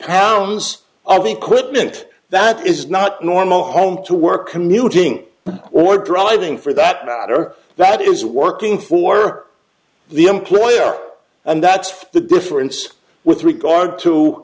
pounds i think quick meant that is not normal home to work commuting or driving for that matter that is working for the employer and that's the difference with regard